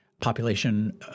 population